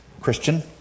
Christian